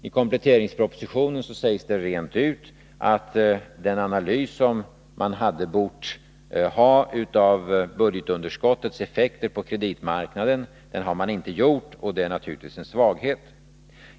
I kompletteringspropositionen sägs rent ut att den analys som man hade bort ha av budgetunderskottets effekter på kreditmarknaden inte har gjorts. Det är naturligtvis en svaghet.